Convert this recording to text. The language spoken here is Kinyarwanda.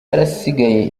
yarasigaye